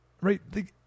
right